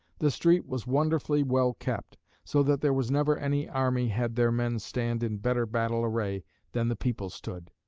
the street was wonderfully well kept so that there was never any army had their men stand in better battle-array than the people stood.